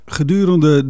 Gedurende